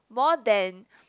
more than